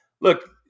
look